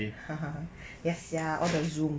(uh huh) yes sia all the zoom